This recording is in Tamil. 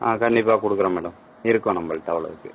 ஆ கண்டிப்பாக கொடுக்குறேன் மேடம் இருக்கும் நம்பள்கிட்ட அவ்வளோ இருக்கு